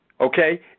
okay